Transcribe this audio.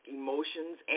emotions